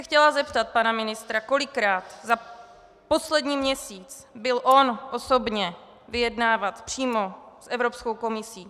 Chtěla bych se zeptat pana ministra, kolikrát za poslední měsíc byl on osobně vyjednávat přímo s Evropskou komisí.